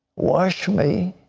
wash me,